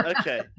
okay